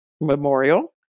Memorial